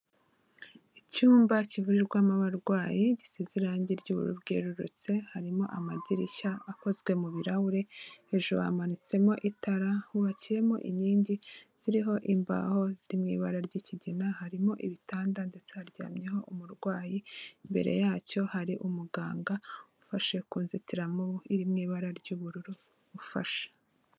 Icyumba kivurirwamo abarwayi gisize irangi ry'ubururu bwerurutse, harimo amadirishya akozwe mu birahure, hejuru hamanitsemo itara, hubakiyemo inkingi ziriho imbaho ziri mu ibara ry'ikigina, harimo ibitanda ndetse haryamyeho umurwayi, imbere yacyo hari umuganga ufashe ku nzitiramubu iri mu ibara ry'ubururu ufashe.